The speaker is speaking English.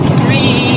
three